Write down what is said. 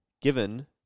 given